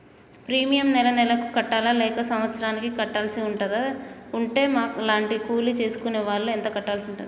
Premium నెల నెలకు కట్టాలా లేక సంవత్సరానికి కట్టాల్సి ఉంటదా? ఉంటే మా లాంటి కూలి చేసుకునే వాళ్లు ఎంత కట్టాల్సి ఉంటది?